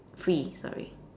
free sorry